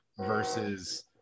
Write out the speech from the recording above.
versus